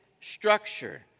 structure